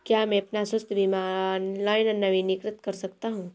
क्या मैं अपना स्वास्थ्य बीमा ऑनलाइन नवीनीकृत कर सकता हूँ?